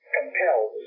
compelled